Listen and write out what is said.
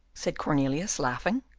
said cornelius, laughing.